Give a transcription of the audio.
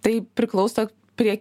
tai priklauso prie